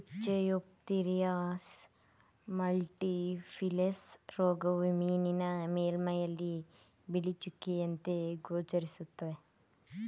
Ichthyophthirius multifiliis ರೋಗವು ಮೀನಿನ ಮೇಲ್ಮೈಯಲ್ಲಿ ಬಿಳಿ ಚುಕ್ಕೆಯಂತೆ ಗೋಚರಿಸುತ್ತೆ